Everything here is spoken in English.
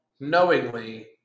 knowingly